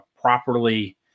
properly